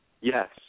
yes